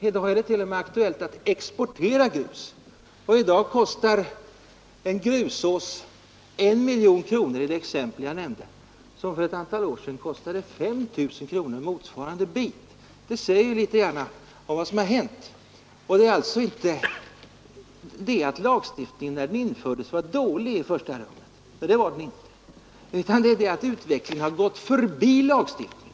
I dag är det t.o.m. aktuellt att exportera grus, och i dag kostar den grusås jag nämnde i mitt exempel 1 miljon kronor, samma grusås som för ett antal år sedan kostade ca 5 000 kronor. Det säger något om vad som har hänt. Det är alltså inte det att lagstiftningen när den infördes var dålig i första hand. Det var den inte, utan saken är den att utvecklingen har gått förbi lagstiftningen.